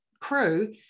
crew